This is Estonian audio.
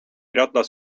ratas